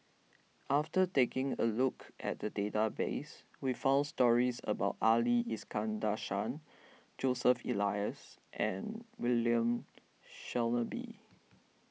after taking a look at the database we found stories about Ali Iskandar Shah Joseph Elias and William Shellabear